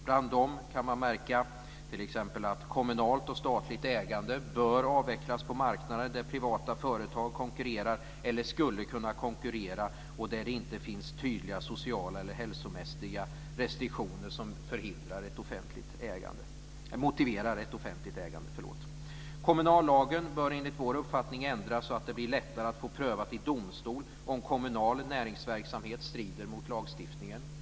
Bland dem kan man t.ex. märka att kommunalt och statligt ägande bör avvecklas på marknader där privata företag konkurrerar eller skulle kunna konkurrera och där det inte finns tydliga sociala eller hälsomässiga restriktioner som motiverar ett offentligt ägande. Kommunallagen bör enligt vår uppfattning ändras så att det blir lättare att få prövat i domstol om kommunal näringsverksamhet strider mot lagstiftningen.